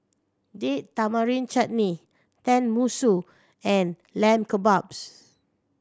Date Tamarind Chutney Tenmusu and Lamb Kebabs